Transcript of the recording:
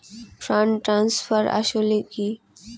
Fund transfer আসলে কী?